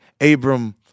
Abram